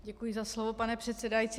Děkuji za slovo, pane předsedající.